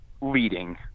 leading